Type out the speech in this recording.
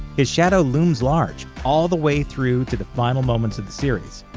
his shadow looms large, all the way through to the final moments of the series.